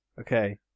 Okay